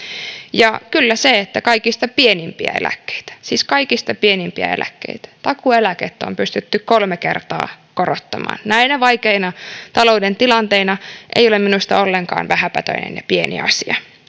eikä se että kaikista pienimpiä eläkkeitä siis kaikista pienimpiä eläkkeitä eli takuueläkkeitä on pystytty kolme kertaa korottamaan näinä vaikeina talouden tilanteina ole minusta ollenkaan vähäpätöinen ja pieni asia